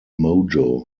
mojo